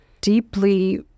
deeply